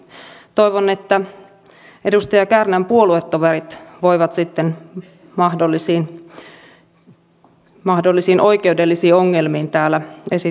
toivon että edustaja kärnän puoluetoverit voivat sitten mahdollisiin oikeudellisiin ongelmiin täällä esittää perusteluja